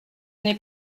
n’est